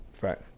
right